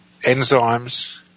enzymes